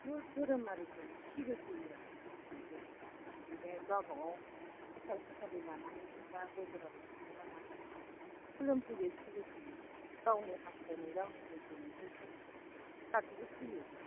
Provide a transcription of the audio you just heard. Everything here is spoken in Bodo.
बाथौ धोरोमारिखौ सिबि फैयो आरो बयबो बिदिनो गावबागाव फसल फसालि लानानै बा गय जरा फाथै जरा लानानै खुलुम फैयो सिबि फैयो गावनि हासथायनाय गावनि लुबैनायफोरखौ गाबज्रि फैयो